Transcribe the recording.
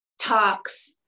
talks